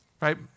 right